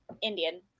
Indian